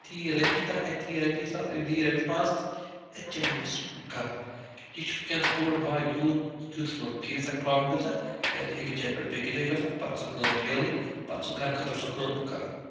أتۍتھٕے یِیہِ رۄپیہِ دَہ أتۍتھٕے یِیہِ رۄپیہِ ساس أتۍتھٕے یِیہِ رۄپیَس پانٛژھ أتۍتھٕے چَلہِ أمِس گَرٕ یہِ چھُ وُنکٮ۪نَس بوٚڈ بارٕ یوٗت یوٗتَس منٛز فیس اَکھ پرٛابلِم گژھان کیٛازِکہِ أکِس جایہِ پٮ۪ٹھ بیٚیِس جایہِ گژھُن پَتہٕ سُہ کٲم میلٕنۍ پَتہٕ سُہ گَرٕ خٲطرٕ سُہ کٲم کَرٕنۍ